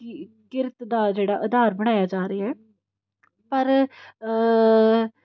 ਕਿ ਕਿਰਤ ਦਾ ਜਿਹੜਾ ਆਧਾਰ ਬਣਾਇਆ ਜਾ ਰਿਹਾ ਪਰ